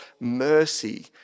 mercy